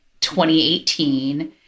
2018